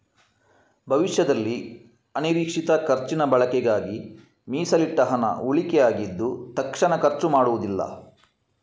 ಭವಿಷ್ಯದಲ್ಲಿ ಅನಿರೀಕ್ಷಿತ ಖರ್ಚಿನ ಬಳಕೆಗಾಗಿ ಮೀಸಲಿಟ್ಟ ಹಣ ಉಳಿಕೆ ಆಗಿದ್ದು ತಕ್ಷಣ ಖರ್ಚು ಮಾಡುದಿಲ್ಲ